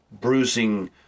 bruising